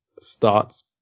starts